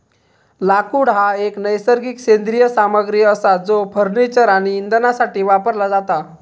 लाकूड हा एक नैसर्गिक सेंद्रिय सामग्री असा जो फर्निचर आणि इंधनासाठी वापरला जाता